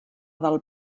del